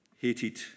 hated